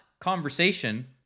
conversation